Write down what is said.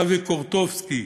אבי קוטקובסקי,